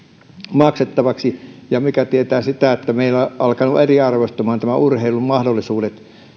maksettavaksi mikä tietää sitä että meillä ovat alkaneet eriarvoistumaan urheilun mahdollisuudet